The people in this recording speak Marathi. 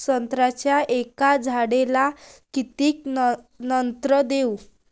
संत्र्याच्या एका झाडाले किती नत्र देऊ?